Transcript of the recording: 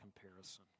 comparison